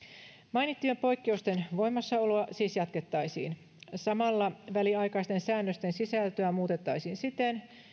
mainittujen poikkeusten voimassaoloa siis jatkettaisiin samalla väliaikaisten säännösten sisältöä muutettaisiin siten